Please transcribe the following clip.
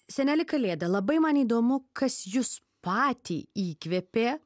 seneli kalėda labai man įdomu kas jus patį įkvėpė